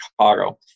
Chicago